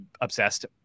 obsessed